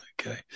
Okay